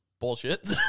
bullshit